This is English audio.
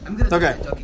Okay